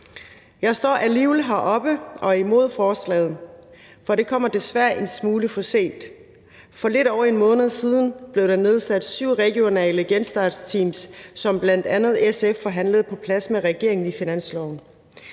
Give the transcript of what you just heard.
Jeg står alligevel heroppe og er imod forslaget, for det kommer desværre en smule for sent. For lidt over en måned siden blev der nedsat syv regionale genstartsteams, som bl.a. SF forhandlede på plads med regeringen i finansloven,